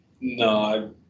No